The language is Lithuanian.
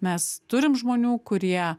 mes turim žmonių kurie